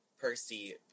Percy